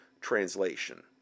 translation